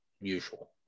usual